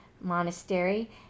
monastery